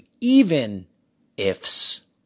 even-ifs